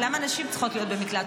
למה נשים צריכות להיות במקלט?